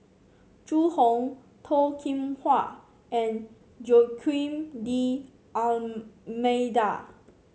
Zhu Hong Toh Kim Hwa and Joaquim D'Almeida